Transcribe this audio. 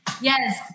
Yes